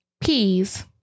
peas